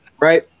Right